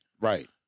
Right